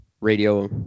radio